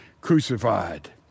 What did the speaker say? crucified